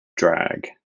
drag